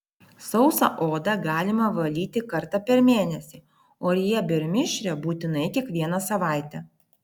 sausą odą galima valyti kartą per mėnesį o riebią ir mišrią būtinai kiekvieną savaitę